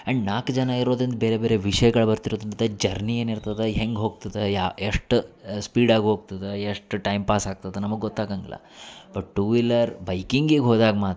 and ನಾಲ್ಕು ಜನ ಇರೋದಿಂದ ಬೇರೆ ಬೇರೆ ವಿಷ್ಯಗಳ ಬರ್ತ ಜರ್ನಿ ಏನಿರ್ತದ ಹೆಂಗೆ ಹೋಗ್ತದ ಯಾ ಎಷ್ಟು ಸ್ಪೀಡಾಗಿ ಹೋಗ್ತದ ಎಷ್ಟು ಟೈಮ್ ಪಾಸ್ ಆಗ್ತದ ನಮಗೆ ಗೊತ್ತಾಗಂಗಿಲ್ಲ ಬಟ್ ಟೂ ವೀಲರ್ ಬೈಕಿಂಗಿಗೆ ಹೋದಾಗ ಮಾತ್ರ